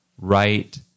right